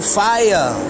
fire